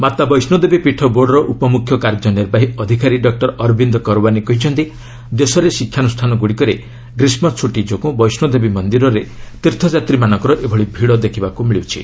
ମାତା ବୈଷ୍ଣୋଦେବୀ ପୀଠ ବୋର୍ଡ୍ର ଉପମୁଖ୍ୟ କାର୍ଯ୍ୟ ନିର୍ବାହୀ ଅଧିକାରୀ ଡକ୍ଟର ଅରବିନ୍ଦ କରଓ୍ୱାନୀ କହିଛନ୍ତି ଦେଶରେ ଶିକ୍ଷାନୁଷାନଗୁଡ଼ିକରେ ଗ୍ରୀଷ୍ମ ଛୁଟି ଯୋଗୁଁ ବୈଷ୍ଣୋଦେବୀ ମନ୍ଦିରରେ ତୀର୍ଥଯାତ୍ରୀମାନଙ୍କର ଏଭଳି ଭିଡ଼ ଦେଖିବାକୁ ମିଳିଛି